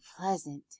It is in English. pleasant